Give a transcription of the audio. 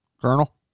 Colonel